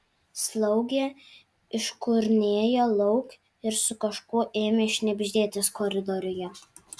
slaugė iškurnėjo lauk ir su kažkuo ėmė šnibždėtis koridoriuje